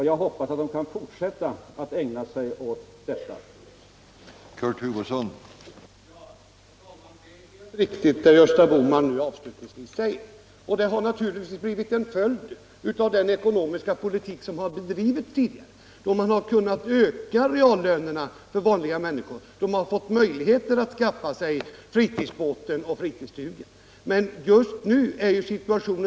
Jag hoppas att de skall få möjlighet att fortsätta alt förverkliga sådana sparmål..